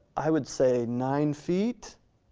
i would say, nine feet?